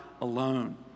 alone